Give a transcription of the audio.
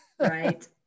Right